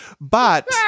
but-